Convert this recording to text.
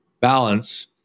balance